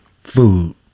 food